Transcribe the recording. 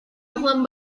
juan